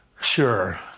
sure